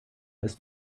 ist